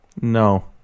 No